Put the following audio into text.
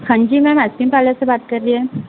हाँ जी ma'am ice cream parlour से बात कर रहे हैं